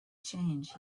change